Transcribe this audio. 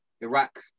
Iraq